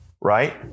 right